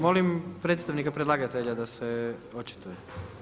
Molim predstavnika predlagatelja da se očituje.